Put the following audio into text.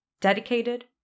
dedicated